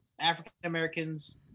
african-americans